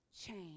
change